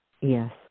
Yes